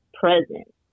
present